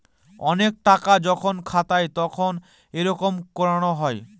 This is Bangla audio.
অনেক টাকা যখন খাতায় তখন এইরকম করানো হয়